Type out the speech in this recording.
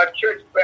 church